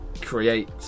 create